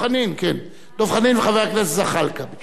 כן, דב חנין וחבר הכנסת זחאלקה ביקשו.